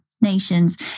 Nations